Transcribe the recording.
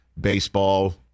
baseball